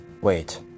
Wait